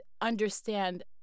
understand